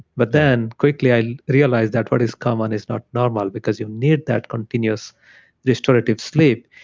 but then quickly i realized that what is common is not normal because you need that continuous restorative sleep.